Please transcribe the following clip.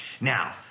now